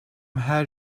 her